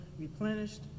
replenished